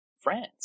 France